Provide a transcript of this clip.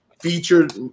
featured